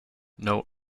note